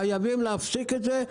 חייבים להפסיק את זה,